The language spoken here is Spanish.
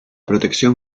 protección